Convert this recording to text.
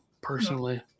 personally